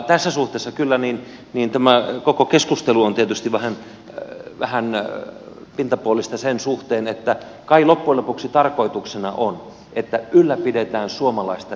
tässä suhteessa kyllä tämä koko keskustelu on tietysti vähän pintapuolista sen suhteen että kai loppujen lopuksi tarkoituksena on että ylläpidetään suomalaista demokratiaa